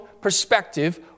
perspective